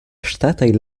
ŝtataj